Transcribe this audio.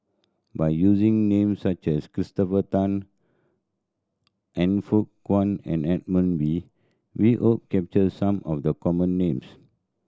by using names such as Christopher Tan Han Fook Kwang and Edmund Wee we hope capture some of the common names